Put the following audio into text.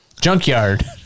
Junkyard